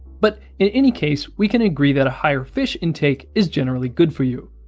but in any case we can agree that a higher fish intake is generally good for you.